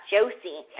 Josie